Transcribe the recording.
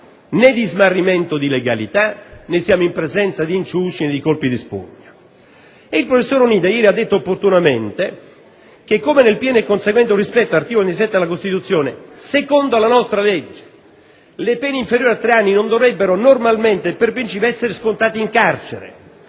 né di smarrimento di legalità né di inciuci o di colpi di spugna. Il professor Onida ieri ha detto opportunamente che, nel pieno e conseguente rispetto dell'articolo 27 della Costituzione, secondo la nostra legge, le pene inferiori a tre anni non dovrebbero normalmente e per principio essere scontate in carcere,